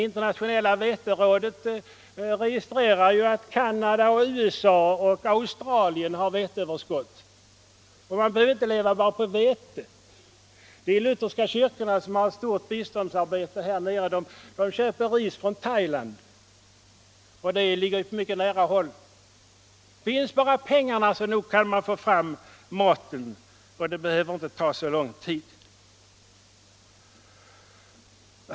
Internationella veterådet registrerar att Canada, USA och Australien har veteöverskott. Och man behöver inte leva bara på vete. De lutherska kyrkorna, som bedriver ett stort biståndsarbete där nere, köper ris från Thailand, och det ligger på mycket nära håll. Finns bara pengarna kan man få fram maten, och det behöver inte ta så lång tid.